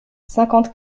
cinquante